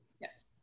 Yes